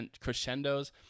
crescendos